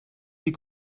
die